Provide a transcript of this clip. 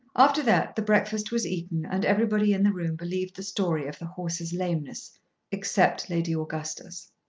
after that the breakfast was eaten and everybody in the room believed the story of the horse's lameness except lady augustus.